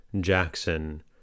Jackson